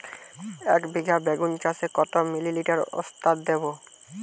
একবিঘা বেগুন চাষে কত মিলি লিটার ওস্তাদ দেবো?